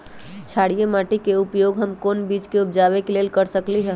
क्षारिये माटी के उपयोग हम कोन बीज के उपजाबे के लेल कर सकली ह?